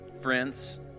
Friends